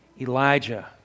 Elijah